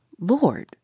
Lord